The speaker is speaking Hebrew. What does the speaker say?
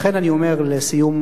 לכן אני אומר לסיום,